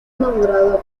nombrado